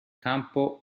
campo